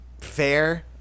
fair